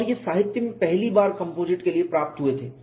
और ये साहित्य में पहली बार कंपोजिट के लिए प्राप्त हुए थे